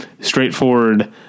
straightforward